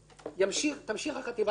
תמשיך החטיבה לנהל אותה.